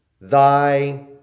thy